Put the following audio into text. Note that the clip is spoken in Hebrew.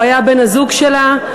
הוא היה בן-הזוג שלה,